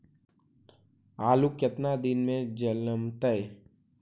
आलू केतना दिन में जलमतइ?